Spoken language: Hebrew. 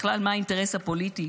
בכלל, מה האינטרס הפוליטי?